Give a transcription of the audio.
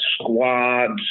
squads